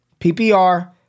PPR